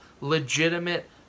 legitimate